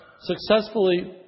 successfully